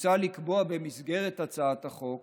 מוצע לקבוע במסגרת הצעת החוק